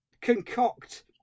concoct